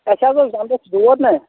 اَسہِ حظ اوس دَنٛدَس دود نا